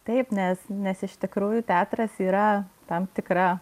taip nes nes iš tikrųjų teatras yra tam tikra